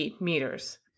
meters